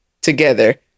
together